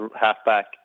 half-back